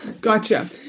Gotcha